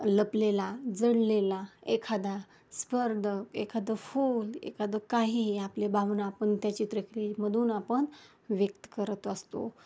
लपलेला जडलेला एखादा स्पर्धक एखादं फूल एखादं काही आपले भावना आपण त्या चित्रकलेमधून आपण व्यक्त करत असतो